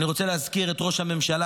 אני רוצה להזכיר את ראש הממשלה,